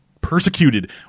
persecuted